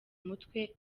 mutwe